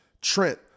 trent